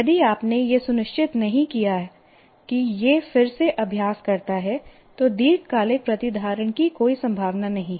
यदि आपने यह सुनिश्चित नहीं किया है कि यह फिर से अभ्यास करता है तो दीर्घकालिक प्रतिधारण की कोई संभावना नहीं है